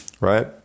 right